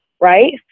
right